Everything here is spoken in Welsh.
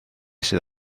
sydd